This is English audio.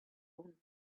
own